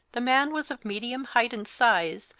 the man was of medium height and size,